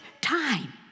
time